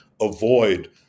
avoid